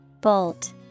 Bolt